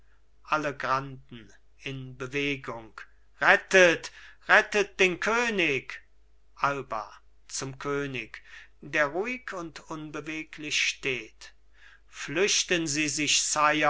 alle granden in bewegung rettet rettet den könig alba zum könig der ruhig und unbeweglich steht flüchten sie sich sire